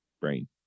brain